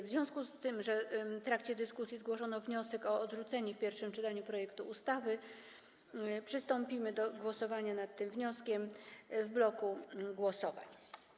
W związku z tym, że w trakcie dyskusji zgłoszono wniosek o odrzucenie w pierwszym czytaniu projektu ustawy, przystąpimy do głosowania nad tym wnioskiem w bloku głosowań.